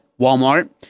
Walmart